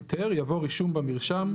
היתר" יבוא "רישום במרשם,